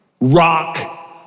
Rock